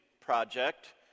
project